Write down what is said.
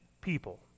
people